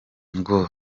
ngo